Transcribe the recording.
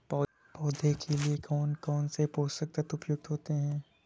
पौधे के लिए कौन कौन से पोषक तत्व उपयुक्त होते हैं?